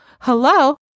hello